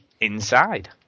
Inside